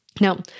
Now